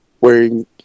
wearing